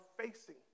facing